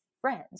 friends